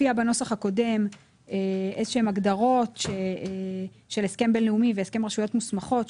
בנוסח הקודם הופיעו הגדרות של הסכם בינלאומי ושל הסכם רשויות מוסמכות.